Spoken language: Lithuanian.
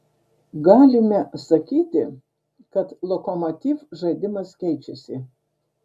galime sakyti kad lokomotiv žaidimas keičiasi